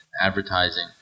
advertising